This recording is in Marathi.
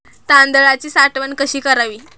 तांदळाची साठवण कशी करावी?